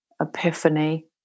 epiphany